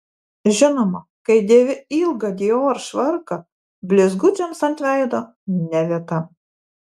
žinoma kai dėvi ilgą dior švarką blizgučiams ant veido ne vieta